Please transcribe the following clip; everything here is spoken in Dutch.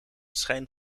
schijn